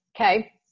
Okay